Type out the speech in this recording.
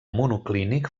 monoclínic